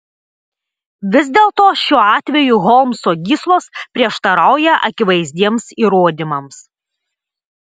vis dėlto šiuo atveju holmso gyslos prieštarauja akivaizdiems įrodymams